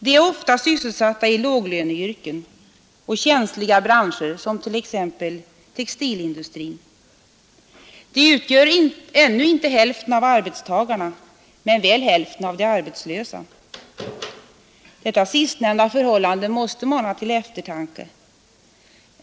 De är ofta sysselsatta i låglöneyrken och känsliga branscher som t.ex. textilindustrin. De utgör ännu inte hälften av arbetstagarna men väl hälften av de arbetslösa. Detta sistnämnda förhållande måste mana till eftertanke.